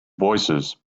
voicesand